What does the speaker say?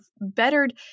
bettered